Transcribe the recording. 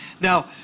Now